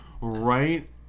right